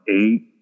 eight